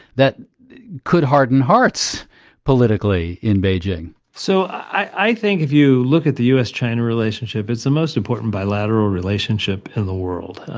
that could harden hearts politically in beijing so, i think if you look at the u s china relationship, it's the most important bilateral relationship in the world.